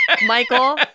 Michael